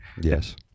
Yes